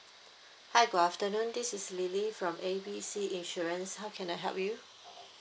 hi good afternoon this is lily from A B C insurance how can I help you